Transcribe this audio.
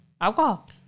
alcohol